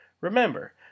Remember